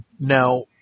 Now